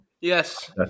yes